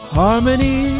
harmony